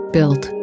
Built